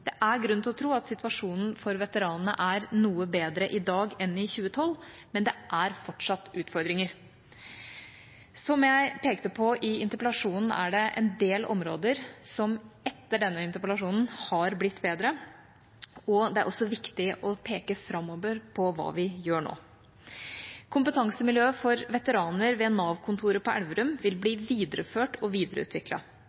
Det er grunn til å tro at situasjonen for veteranene er noe bedre i dag enn i 2012, men det er fortsatt utfordringer. En del områder som jeg pekte på i interpellasjonen, har blitt bedre, og det er også viktig å peke framover på hva vi gjør nå. Kompetansemiljøet for veteraner ved Nav-kontoret på Elverum vil